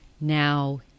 now